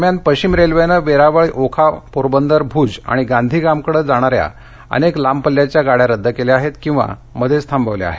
दरम्यान पश्चिम रेल्वेनं वेरावळ ओखापोरबंदर भुज आणि गांधीधाम कडे जाणाऱ्या अनेक लांब पल्ल्याच्या गाड्या रद्द केल्या आहेत किंवा मध्येच थांबवल्या आहेत